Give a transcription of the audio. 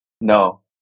No